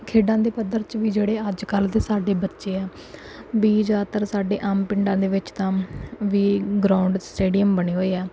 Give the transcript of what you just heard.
ਖੇਡਾਂ ਦੇ ਪੱਧਰ 'ਚ ਵੀ ਜਿਹੜੇ ਅੱਜ ਕੱਲ੍ਹ ਦੇ ਸਾਡੇ ਬੱਚੇ ਆ ਵੀ ਜ਼ਿਆਦਾਤਰ ਸਾਡੇ ਆਮ ਪਿੰਡਾਂ ਦੇ ਵਿੱਚ ਤਾਂ ਵੀ ਗਰਾਊਂਡ ਸਟੇਡੀਅਮ ਬਣੇ ਹੋਏ ਆ